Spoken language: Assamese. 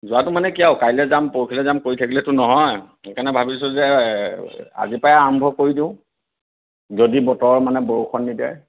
যোৱাটো মানে কি আৰু কাইলৈ যাম পৰহিলৈ যাম কৰি থাকিলেতো নহয় সেইকাৰণে ভাবিছোঁ যে আজিৰপৰাই আৰম্ভ কৰি দিওঁ যদি বতৰ মানে বৰষুণ নিদিয়ে